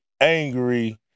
angry